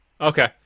Okay